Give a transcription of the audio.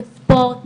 בספורט,